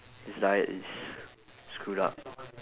his diet is screwed up